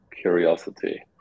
curiosity